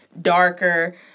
darker